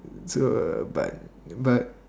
so uh but but